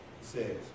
says